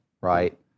right